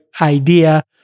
idea